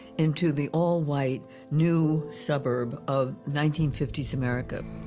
into the all-white, new suburb of nineteen fifty s america.